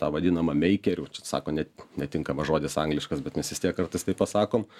tą vadinamą meikerių sako net netinkamas žodis angliškas bet mes vis tiek kartais taip pasakom